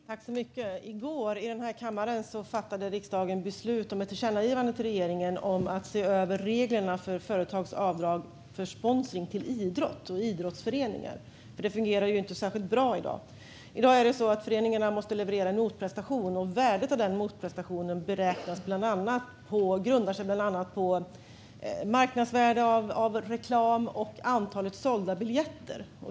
Fru talman! I går i denna kammare fattade riksdagen beslut om ett tillkännagivande till regeringen om att se över reglerna för företags avdrag för sponsring av idrott och idrottsföreningar. Det här fungerar inte särskilt bra i dag. I dag måste föreningarna leverera en motprestation, och värdet av den motprestationen grundar sig bland annat på marknadsvärdet av reklam och antalet sålda biljetter.